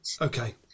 Okay